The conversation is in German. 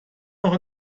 noch